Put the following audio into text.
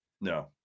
No